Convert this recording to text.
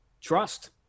trust